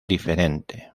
diferente